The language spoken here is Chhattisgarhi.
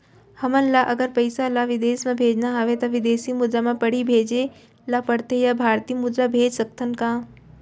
हमन ला अगर पइसा ला विदेश म भेजना हवय त विदेशी मुद्रा म पड़ही भेजे ला पड़थे या भारतीय मुद्रा भेज सकथन का?